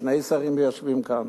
שני שרים יושבים כאן,